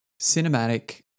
cinematic